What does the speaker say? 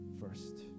first